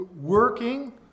working